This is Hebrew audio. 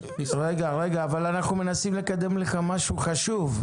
רגע, אנחנו מנסים לקדם לך משהו חשוב.